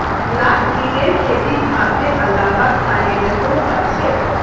लाख कीटेर खेती भारतेर अलावा थाईलैंडतो ह छेक